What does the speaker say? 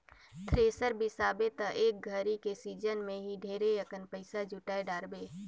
thresher बिसाबे त एक घरी के सिजन मे ही ढेरे अकन पइसा जुटाय डारबे